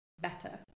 better